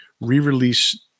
re-release